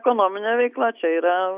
ekonominė veikla čia yra